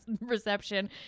reception